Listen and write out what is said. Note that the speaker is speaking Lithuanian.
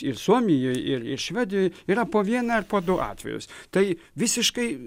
ir suomijoj ir ir švedijoj yra po vieną ar po du atvejus tai visiškai